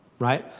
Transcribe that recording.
right.